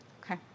Okay